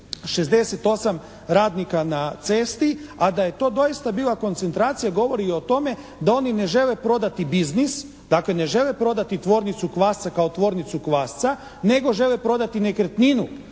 68 radnika na cesti. A da je to doista bila koncentracija govori i o tome da oni ne žele prodati biznis, dakle, ne žele prodati tvornicu kvasca kao tvornicu kvasca nego žele prodati nekretninu.